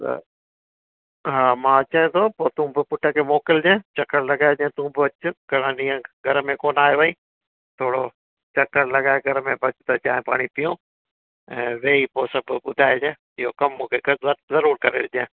त हा मां अचांइ थो पोइ तूं बि पुट खे मोकिलिजांइ चक्कर लॻाइजांइ तूं बि अचु घणा ॾींहं घर में कोन आयो आही थोरो चक्कर लॻाए घर में अच त चाहिं पाणी पियूं ऐं वेही पोइ सभु ॿुधाइजांइ इहो कमु मूंखे ज़रूरु करे ॾिजांइ